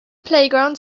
playgrounds